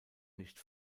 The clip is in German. nicht